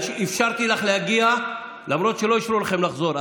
אני אפשרתי לך להגיע למרות שלא אישרו לכם לחזור,